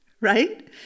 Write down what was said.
Right